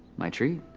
my treat.